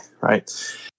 right